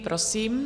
Prosím.